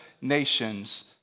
nations